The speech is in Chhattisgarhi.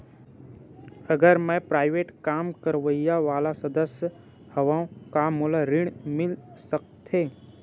अगर मैं प्राइवेट काम करइया वाला सदस्य हावव का मोला ऋण मिल सकथे?